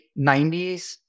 90s